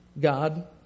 God